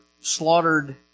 slaughtered